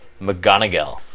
McGonagall